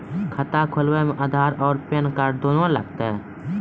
खाता खोलबे मे आधार और पेन कार्ड दोनों लागत?